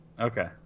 Okay